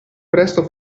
presto